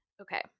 Okay